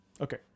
Okay